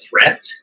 threat